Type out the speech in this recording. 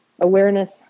awareness